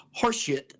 horseshit